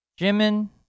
Jimin